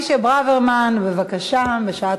בבקשה.